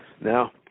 now